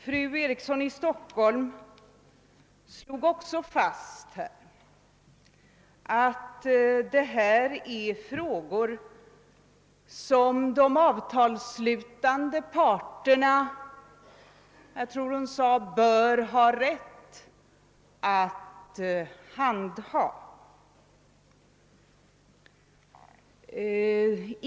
Fru Eriksson i Stockholm slog också fast att det här rör sig om frågor som de avtalsslutande parterna bör ha rätt — tror jag hon sade — att handha.